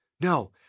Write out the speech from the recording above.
No